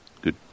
Good